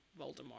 Voldemort